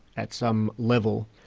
at some level,